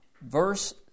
verse